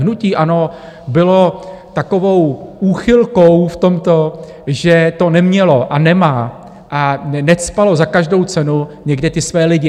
Hnutí ANO bylo takovou úchylkou v tomto, že to nemělo a nemá a necpalo za každou cenu někde ty své lidi.